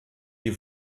die